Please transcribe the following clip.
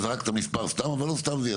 זרקת מספר סתם אבל לא סתם.